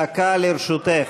דקה לרשותך.